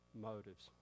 motives